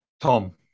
Tom